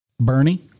Bernie